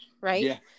right